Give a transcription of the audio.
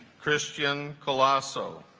christian colossal